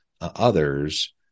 others